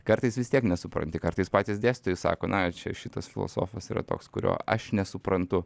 kartais vis tiek nesupranti kartais patys dėstytojai sako na čia šitas filosofas yra toks kurio aš nesuprantu